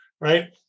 right